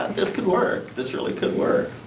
this could work. this really could work.